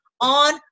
on